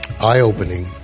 eye-opening